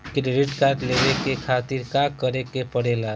Credit card लेवे के खातिर का करेके पड़ेला?